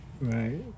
right